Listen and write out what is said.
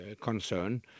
concern